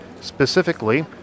Specifically